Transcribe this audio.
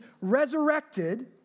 resurrected